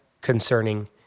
concerning